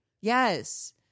yes